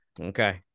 Okay